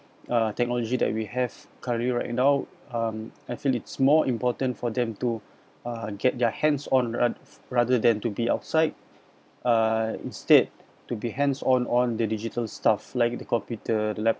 uh technology that we have currently right now um I feel it's more important for them to uh get their hands on rather rather than to be outside uh instead to be hands on on the digital stuff like the computer lab